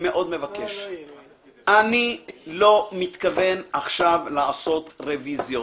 אני לא מתכוון עכשיו לעשות רביזיות.